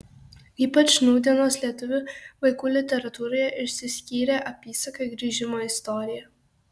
ypač nūdienos lietuvių vaikų literatūroje išsiskyrė apysaka grįžimo istorija